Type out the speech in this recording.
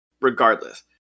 regardless